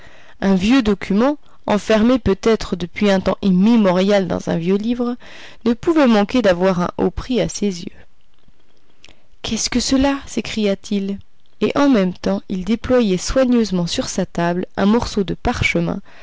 un vieux document enfermé peut-être depuis un temps immémorial dans un vieux livre ne pouvait manquer d'avoir un haut prix à ses yeux qu'est-ce que cela s'écria-t-il et en même temps il déployait soigneusement sur sa table un morceau de parchemin